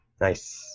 Nice